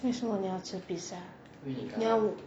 为什么你要吃 pizza 你要我